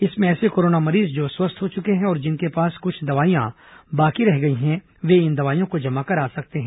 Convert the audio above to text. इसमें ऐसे कोरोना मरीज जो स्वस्थ हो चुके हैं और जिनके पास कुछ दवाइयां बाकी रह गई हैं वे इन दवाइयों को जमा करा सकते हैं